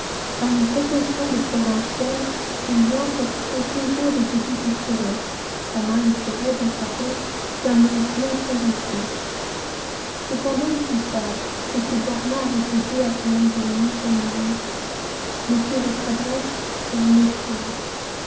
par une précaution de provincial julien portait toujours des petits pistolets sa main les serrait dans sa poche d'un mouvement convulsif cependant il fut sage et se borna à répéter à son homme de minute en minute monsieur votre adresse je vous méprise